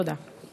תודה.